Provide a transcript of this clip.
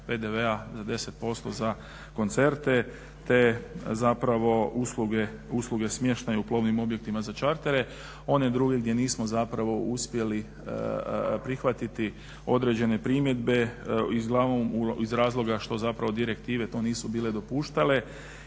PDV-a za 10% za koncerte te zapravo usluge, usluge smještaja u plovnim objektima za čartere, one druge gdje nismo zapravo uspjeli prihvatiti određene primjedbe iz razloga što zapravo direktive to nisu bile dopuštale